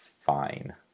fine